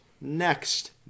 Next